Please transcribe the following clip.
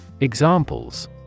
Examples